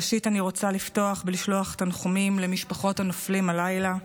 ראשית אני רוצה לפתוח בלשלוח תנחומים למשפחות הנופלים הלילה: